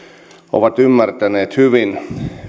ovat ymmärtäneet hyvin